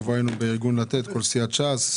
השבוע היינו בארגון 'לתת' כל סיעת ש"ס,